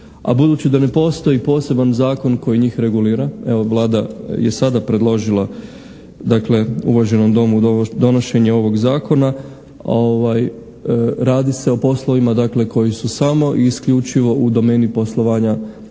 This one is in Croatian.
budući da ne postoji poseban zakon koji njih regulira, evo Vlada je sada predložila uvaženom Domu donošenje ovog zakona, a radi se o poslovima koji su samo i isključivo u domeni poslovanja